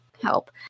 help